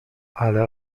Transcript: ale